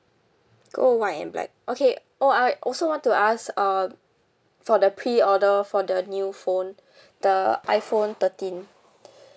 gold white and black okay oh I also want to ask um for the pre-order for the new phone the iphone thirteen